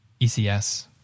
ECS